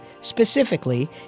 specifically